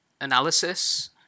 analysis